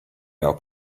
help